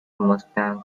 mustang